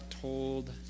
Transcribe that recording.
told